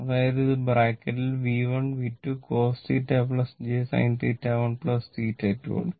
അതായത് ഇത് ബ്രാക്കറ്റിൽ V1 V2 cos θ j sin θ1 θ2 ആണ്